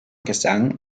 gesang